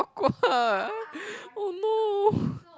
awkward oh no